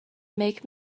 make